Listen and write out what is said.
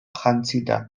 jantzita